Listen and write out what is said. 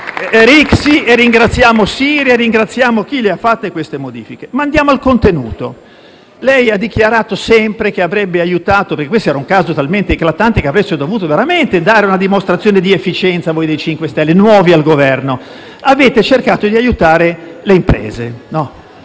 sottosegretario Siri; ringraziamo chi le ha fatte queste modifiche. Ma andiamo al contenuto. Lei ha dichiarato sempre che avrebbe cercato di aiutare - perché questo era un caso talmente eclatante che avreste dovuto veramente dare una dimostrazione di efficienza voi dei 5 Stelle, nuovi al Governo - le imprese.